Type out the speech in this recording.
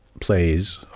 plays